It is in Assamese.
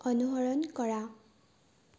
অনুসৰণ কৰা